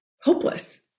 hopeless